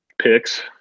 picks